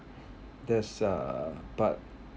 that's uh but